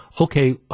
Okay